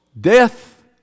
death